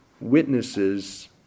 witnesses